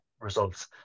results